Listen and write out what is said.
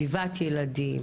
בסביבת ילדים?